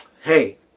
Hey